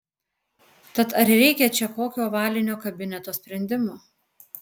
tad ar reikia čia kokio ovalinio kabineto sprendimo